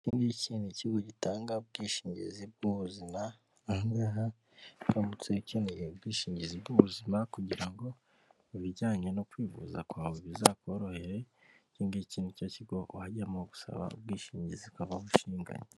Iki ngiki ni ikigo gitanga ubwishingizi bw'ubuzima, aha ngaha uramutse ukeneye ubwishingizi bw'ubuzima kugira ngo ibijyanye no kwivuza kwawe bizakorohere, iki ngiki ni cyo kigo wajyamo gusaba ubwishingizi ukaba ushinganye.